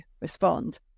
respond